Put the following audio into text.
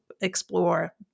explore